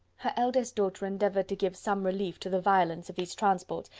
her eldest daughter endeavoured to give some relief to the violence of these transports,